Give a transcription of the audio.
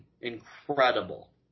Incredible